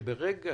שאומר שברגע